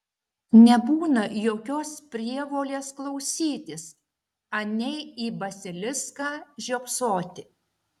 nebūna jokios prievolės klausytis anei į basiliską žiopsoti